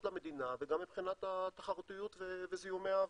המדינה וגם מבחינת התחרותיות וזיהומי האוויר.